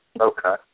Okay